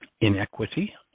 inequity